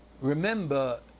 Remember